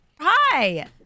Hi